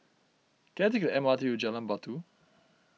can I take the M R T to Jalan Batu